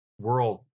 world